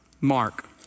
Mark